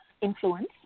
influence